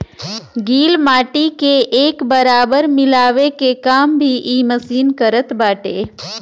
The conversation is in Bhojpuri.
गिल माटी के एक बराबर मिलावे के काम भी इ मशीन करत बाटे